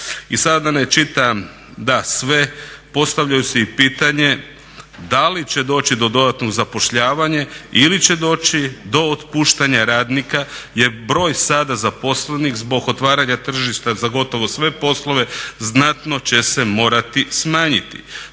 I sada da ne čitam dalje sve, postavljaju su i pitanje da li će doći do dodatnog zapošljavanja ili će doći do otpuštanja radnika jer broj sada zaposlenih zbog otvaranja tržišta za gotovo sve poslove znatno će se morati smanjit.